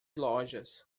lojas